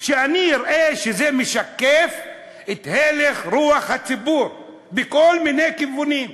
כשאני אראה שזה משקף את הלך רוח בציבור בכל מיני כיוונים.